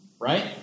right